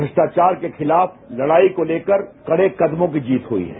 भ्रष्टाचार के खिलाफ लड़ाई को लेकर कड़े कदमों की जीत हुई है